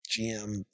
GM